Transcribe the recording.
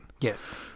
Yes